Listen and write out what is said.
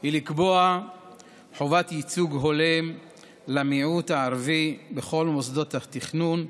היא לקבוע חובת ייצוג הולם למיעוט הערבי בכל מוסדות התכנון,